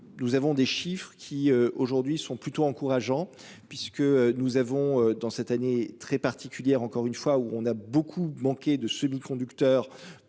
Nous avons des chiffres qui aujourd'hui sont plutôt encourageants puisque nous avons dans cette année très particulière, encore une fois où on a beaucoup manqué de semiconducteurs